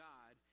God